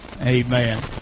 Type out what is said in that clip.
amen